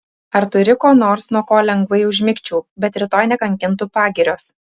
ar turi ko nors nuo ko lengvai užmigčiau bet rytoj nekankintų pagirios